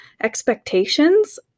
expectations